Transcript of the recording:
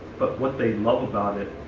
but what they love about it,